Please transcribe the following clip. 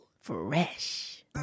Fresh